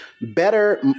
better